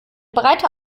breite